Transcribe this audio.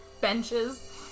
benches